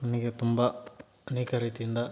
ನನಗೆ ತುಂಬ ಅನೇಕ ರೀತಿಯಿಂದ